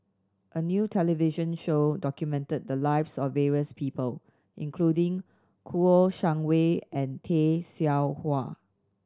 a new television show documented the lives of various people including Kouo Shang Wei and Tay Seow Huah